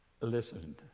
listen